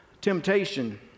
temptation